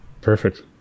Perfect